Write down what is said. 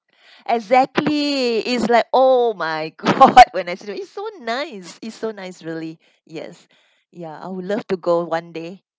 exactly it's like oh my god when I see it it's so nice it's so nice really yes ya I would love to go one day